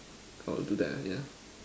I'll do that ah yeah